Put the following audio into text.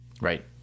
right